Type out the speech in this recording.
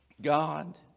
God